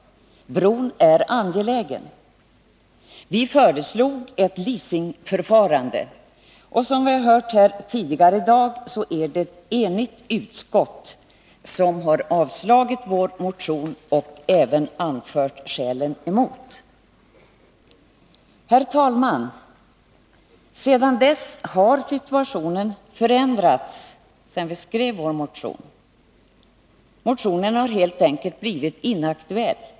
Bron är angelägen! Vi föreslog ett leasingförfarande. Som vi har hört här tidigare i dag har ett enigt utskott avstyrkt vår motion och även anfört skälen emot motionsförslaget. Herr talman! Sedan vi skrev vår motion har emellertid situationen förändrats. Motionen har helt enkelt blivit inaktuell.